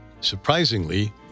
Surprisingly